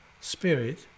spirit